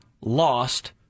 lost